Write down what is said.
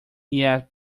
yet